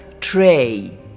tray